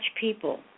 people